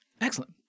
Excellent